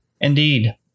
Indeed